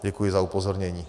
Děkuji za upozornění.